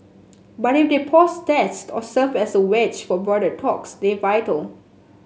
but if they pause tests or serve as a wedge for broader talks they're vital